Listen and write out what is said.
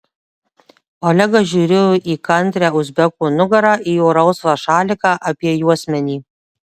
olegas žiūrėjo į kantrią uzbeko nugarą į jo rausvą šaliką apie juosmenį